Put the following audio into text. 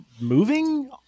moving